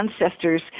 ancestors